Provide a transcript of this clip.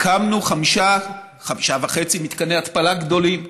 הקמנו חמישה, חמישה וחצי מתקני התפלה גדולים,